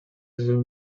lesions